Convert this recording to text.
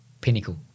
pinnacle